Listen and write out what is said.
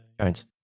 Jones